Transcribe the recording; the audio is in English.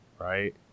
right